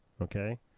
Okay